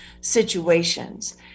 situations